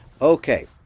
Okay